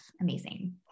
amazing